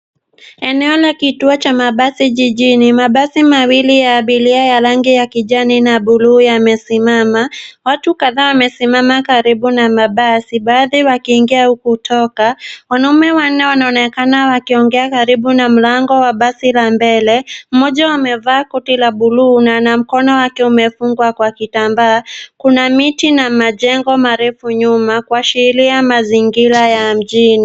Eneo la kituo cha mabasi jijini. Mabasi mawili ya abiria ya rangi ya kijani na buluu yamesimama. Watu kadhaa wamesimama karibu na mabasi, baadhi wakiingia au kutoka. Wanaume wanne wanaonekana wakiongea karibu na mlango wa basi la mbele mmoja amevaa koti la buluu na na mkono wake umefungwa kwa kitambaa. Kuna miti na majengo marefu nyuma kuashiria mazingira ya mjini.